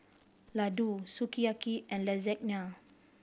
Ladoo Sukiyaki and Lasagne